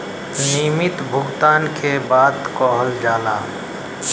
नियमित भुगतान के बात कइल जाला